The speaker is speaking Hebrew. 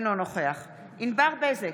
אינו נוכח ענבר בזק,